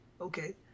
okay